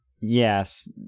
Yes